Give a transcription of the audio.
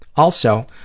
also,